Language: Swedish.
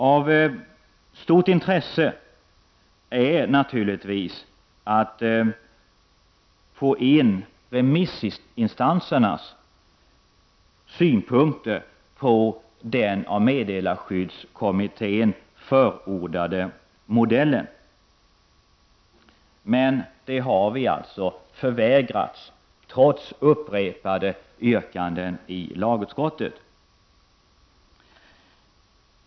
Av stort intresse är naturligtvis att få in remissinstansernas synpunkter på den av meddelarskyddskommittén förordade modellen. Men det har vi förvägrats, trots upprepade yrkanden i lagutskottet.